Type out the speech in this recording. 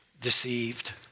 deceived